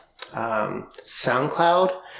SoundCloud